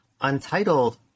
Untitled